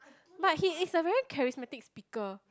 but he is a very charismatic speaker